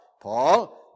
Paul